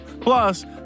Plus